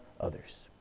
others